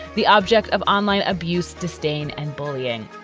the object of online abuse, disdain and bullying.